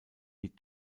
die